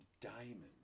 diamond